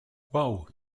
wow